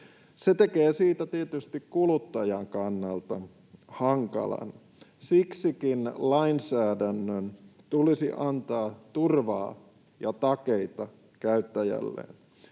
Se tekee siitä tietysti kuluttajan kannalta hankalaa. Siksikin lainsäädännön tulisi antaa turvaa ja takeita käyttäjälle.